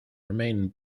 remain